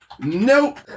Nope